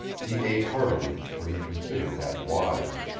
he ate heartily, for he considered that wise.